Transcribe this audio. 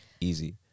easy